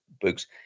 books